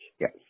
yes